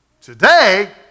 Today